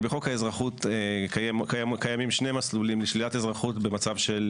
בחוק האזרחות קיימים שני מסלולים לשלילת אזרחות במצב של